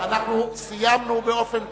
אנחנו סיימנו באופן תיאורטי,